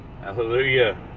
Hallelujah